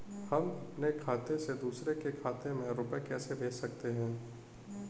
हम अपने खाते से दूसरे के खाते में रुपये कैसे भेज सकते हैं?